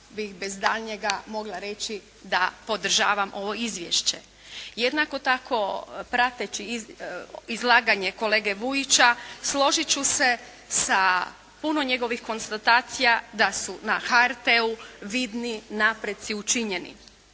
bi bez daljnjega mogla reći da podržavam ovo izvješće. Jednako tako prateći izlaganje kolege Vujića složit ću se sa puno njegovih konstatacija da su na HRT-u vidni napreci učinjeni.